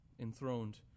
enthroned